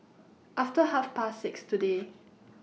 after Half Past six today